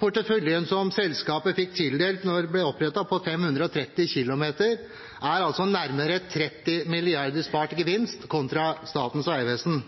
porteføljen som selskapet fikk tildelt da det ble opprettet, på 530 km, er nærmere 30 mrd. kr spart – en gevinst kontra tilsvarende med Statens vegvesen.